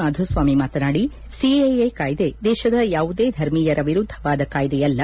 ಮಾಧುಸ್ವಾಮಿ ಮಾತನಾಡಿ ಸಿಎಎ ಕಾಯ್ದೆ ದೇಶದ ಯಾವುದೇ ಧರ್ಮೀಯರ ವಿರುದ್ಧವಾದ ಕಾಯ್ದೆಯಲ್ಲ